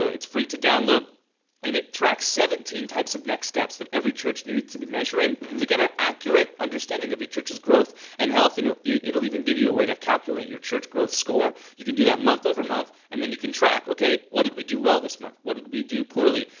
ah it's free to download and it tracks seventeen types of next steps that every church needs to be measuring to get an accurate understanding of your church's growth and health and it'll even give you a way to calculate your church growth score. you can do that month over month and then you can track, okay what did we do well this month? what did we do poorly?